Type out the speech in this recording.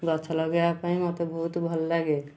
ଗଛ ଲଗାଇବା ପାଇଁ ମୋତେ ବହୁତ ଭଲ ଲାଗେ